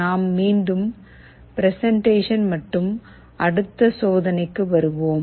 நாம் மீண்டும் ப்ரெசென்ட்டேஷன் மற்றும் அடுத்த சோதனைக்கு வருவோம்